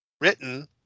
written